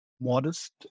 modest